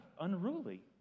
unruly